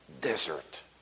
desert